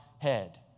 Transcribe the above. head